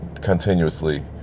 continuously